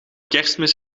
kerstmis